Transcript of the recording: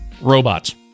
Robots